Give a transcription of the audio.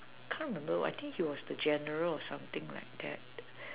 can't remember I think he was the general or something like that